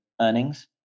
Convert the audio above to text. earnings